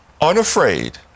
unafraid